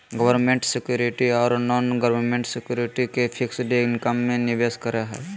government securities ओरो non government securities के fixed income में निवेश करे हइ